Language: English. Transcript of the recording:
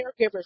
caregivers